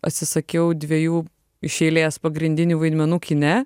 atsisakiau dviejų iš eilės pagrindinių vaidmenų kine